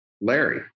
Larry